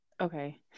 okay